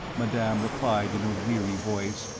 madame replied in a weary voice.